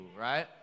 right